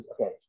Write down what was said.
okay